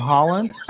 Holland